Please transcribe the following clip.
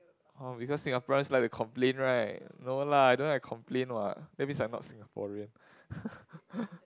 oh because Singaporean like to complain right no lah I don't like to complain what that's means I'm not Singaporean